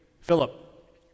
Philip